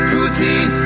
Putin